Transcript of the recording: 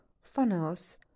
funnels